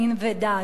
מין ודת.